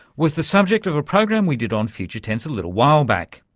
was the subject of a program we did on future tense a little while back.